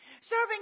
Serving